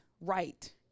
right